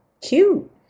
cute